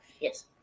yes